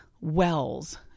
wells